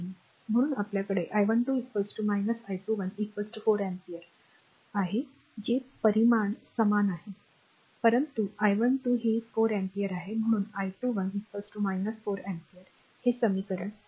म्हणून आपल्याकडे I12 I21 4 ampere आहे जे परिमाण समान आहे परंतु I12हे 4 अँपिअर आहे म्हणून I21 4 एम्पीयर हे समीकरण 1